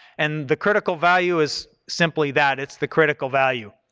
and the critical value is simply that, it's the critical value.